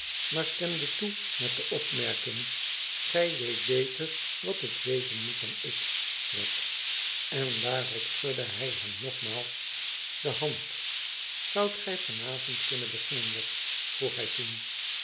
maar stemde toe met de opmerking i gij weet beter wat het wezen moet dan ik wegg en daarop schudde hij hem nogmaals de hand zoadt gij van avond kunnen beginnen wegg vroeg hij toen